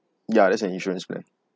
ya that's an insurance plan